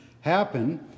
happen